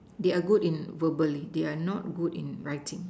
they are good in verbally they are not good in writing